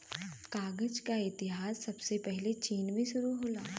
कागज क इतिहास सबसे पहिले चीन से शुरु होला